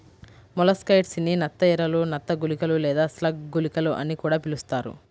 molluscicides ని నత్త ఎరలు, నత్త గుళికలు లేదా స్లగ్ గుళికలు అని కూడా పిలుస్తారు